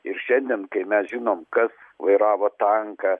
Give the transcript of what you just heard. ir šiandien kai mes žinom kas vairavo tanką